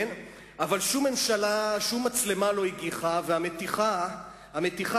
אבל שום מצלמה לא הגיחה, והמתיחה